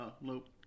Nope